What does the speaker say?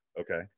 Okay